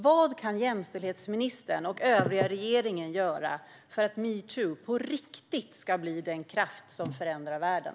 Vad kan jämställdhetsministern och övriga regeringen göra för att metoo på riktigt ska bli den kraft som förändrar världen?